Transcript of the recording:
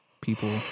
people